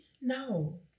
No